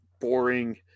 boring